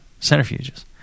centrifuges